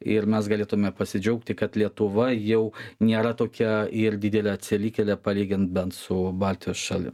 ir mes galėtume pasidžiaugti kad lietuva jau nėra tokia ir didelė atsilikėlė palygint bent su baltijos šalim